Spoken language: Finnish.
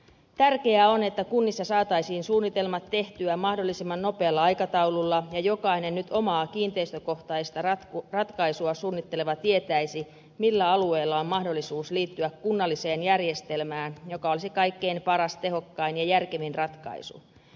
tärkeää on että kunnissa saataisiin suunnitelmat tehtyä mahdollisimman nopealla aikataululla ja jokainen nyt omaa kiinteistökohtaista ratkaisuaan suunnitteleva tietäisi millä alueella on mahdollisuus liittyä kunnalliseen järjestelmään mikä olisi kaikkein paras tehokkain ja järkevin ratkaisu